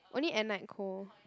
only at night cold